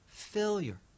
failure